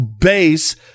Base